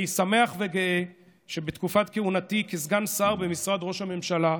אני שמח וגאה שבתקופת כהונתי כסגן שר במשרד ראש הממשלה,